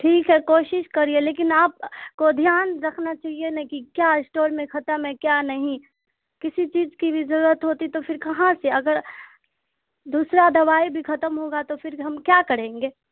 ٹھیک ہے کوشش کریے لیکن آپ کو دھیان رخنا چاہیے نا کہ کیا اسٹور میں ختم ہے کیا نہیں کسی چیز کی بھی ضرورت ہوتی تو پھر کہاں سے اگر دوسرا دوائی بھی ختم ہوگا تو پھر ہم کیا کریں گے